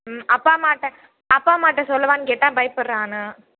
ம் அப்பா அம்மாகிட்ட அப்பா அம்மாகிட்ட சொல்லவான்னு கேட்டால் பயப்பட்றான் ஆனால்